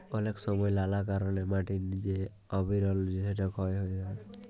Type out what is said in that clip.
অলেক সময় লালা কারলে মাটির যে আবরল সেটা ক্ষয় হ্যয়ে যায়